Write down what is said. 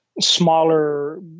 smaller